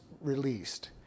released